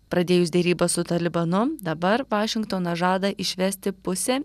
pradėjus derybas su talibanu dabar vašingtonas žada išvesti pusę